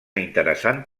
interessant